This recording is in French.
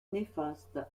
néfastes